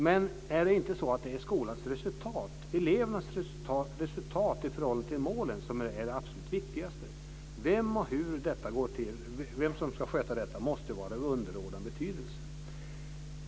Men är det inte skolans resultat, elevernas resultat i förhållande till målen, som är det absolut viktigaste? Vem som ska sköta detta måste vara av underordnad betydelse.